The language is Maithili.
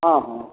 हँ हँ